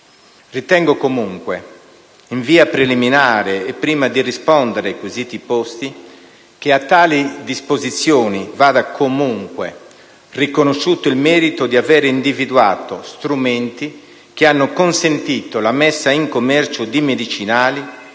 Ritengo, comunque, in via preliminare, e prima di rispondere ai quesiti posti, che a tali disposizioni vada comunque riconosciuto il merito di avere individuato strumenti che hanno consentito la messa in commercio di medicinali